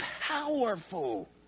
powerful